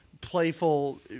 playful